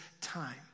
time